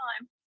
time